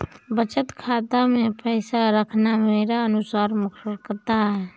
बचत खाता मैं पैसा रखना मेरे अनुसार मूर्खता है